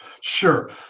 Sure